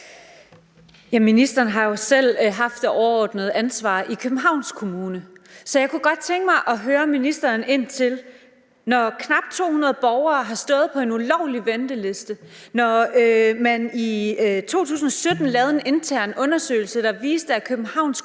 Ministeren har jo selv haft det overordnede ansvar i Københavns Kommune. Så jeg kunne godt tænke mig at spørge ministeren ind til: Når knap 200 borgere har stået på en ulovlig venteliste, når man i 2017 lavede en intern undersøgelse, der viste, at Københavns